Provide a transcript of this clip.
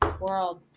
World